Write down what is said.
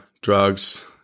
drugs